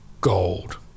gold